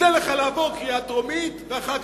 ניתן לך לעבור קריאה טרומית ואחר כך,